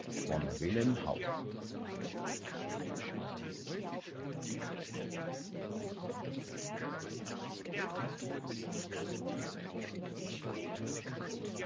von wilhelm hauff